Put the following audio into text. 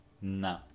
no